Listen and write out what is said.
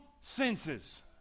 senses